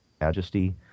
majesty